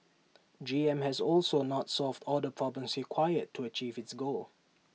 G M has also not solved all the problems required to achieve its goal